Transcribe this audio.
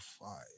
five